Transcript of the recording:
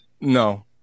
No